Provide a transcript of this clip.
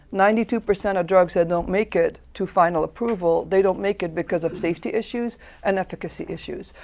ninety two percent of drugs that don't make it to final approval they don't make it because of safety issues and efficacy issues.